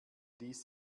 ließ